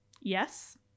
yes